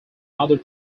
other